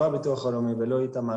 לא הביטוח הלאומי ולא איתמר,